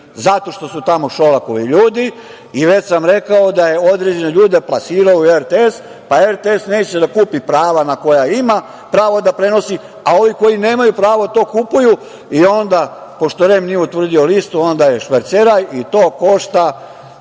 zato što su tamo Šolakovi ljudi i već sam rekao da je određene ljude plasirao u RTS, pa RTS neće da kupi prava koja ima pravo da prenosi, a ovi koji nemaju pravo to kupuju i onda pošto REM nije utvrdio listu, onda je šverceraj i to košta